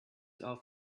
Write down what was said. are